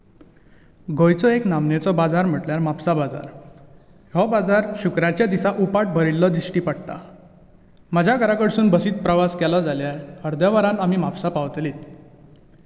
गोंयचो एक नामनेचो बाजार म्हटल्यार म्हापसा बाजार हो बाजार शुक्रारच्या दिसा उपाट भरिल्लो दिश्टी पडटा म्हाज्या घरा कडसून बसीन प्रवास करशीत जाल्यार अर्दे वरान आमी म्हापसा पावतलींच